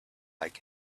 bag